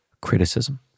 criticism